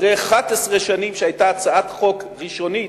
אחרי 11 שנים שהיתה הצעת חוק ראשונית,